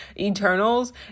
eternals